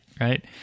Right